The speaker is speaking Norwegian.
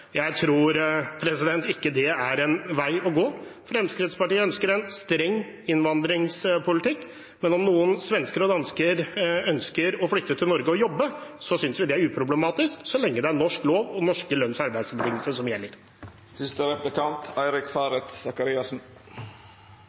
Jeg tror ikke det er en vei å gå. Fremskrittspartiet ønsker en streng innvandringspolitikk, men om noen svensker og dansker ønsker å flytte til Norge for å jobbe, synes vi det er uproblematisk så lenge det er norsk lov og norske lønns- og arbeidsbetingelser som